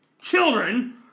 children